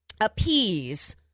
appease